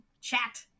chat